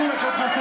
תתביישי לך.